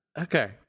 Okay